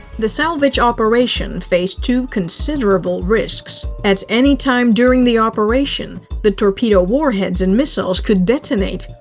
the salvage operation faced two considerable risks. at any time during the operation, the torpedo warheads and missiles could detonate,